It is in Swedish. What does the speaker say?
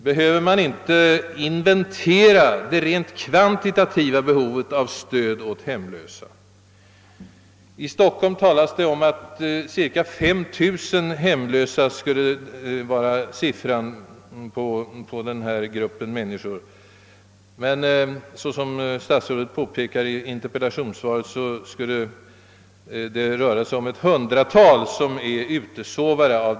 Behöver man inte inventera det rent kvantitativa behovet av stöd åt hemlösa? I huvudstaden talas det om att det skulle finnas cirka 5 000 hemlösa och samtidigt påpekar statsrådet i sitt interpellationssvar att det skulle röra sig om ett hundratal i Stockholm som är utesovare.